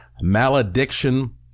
malediction